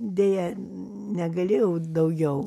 deja negalėjau daugiau